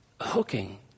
hooking